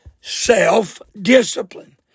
self-discipline